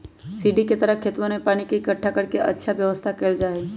सीढ़ी के तरह खेतवन में पानी के इकट्ठा कर के अच्छा व्यवस्था कइल जाहई